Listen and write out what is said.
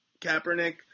Kaepernick